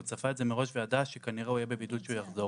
כשהוא צפה את זה מראש והוא ידע שכנראה הוא יהיה בבידוד כשהוא יחזור,